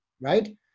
right